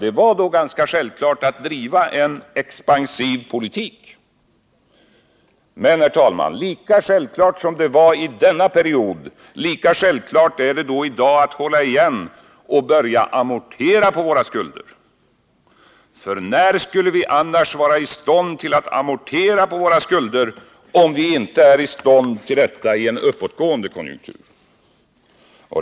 Det var ganska självklart att driva en expansiv politik. Men, herr talman, lika självklart som det var i denna period, lika självklart är det i dag att hålla igen och börja amortera våra skulder. För när skulle vi annars vara i stånd att amortera våra skulder, om vi inte kan göra det i en uppåtgående konjunktur?